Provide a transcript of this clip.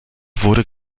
wurden